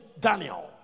Daniel